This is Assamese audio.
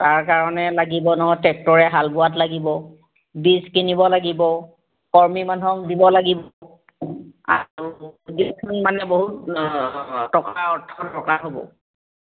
তাৰ কাৰণে লাগিব নহয় ট্ৰেক্টৰে হাল বোৱাত লাগিব বীজ কিনিব লাগিব কৰ্মী মানুহক দিব লাগিব আৰু বহুত টকা অৰ্থৰ দৰকাৰ হ'ব